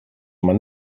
man